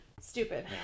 Stupid